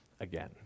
again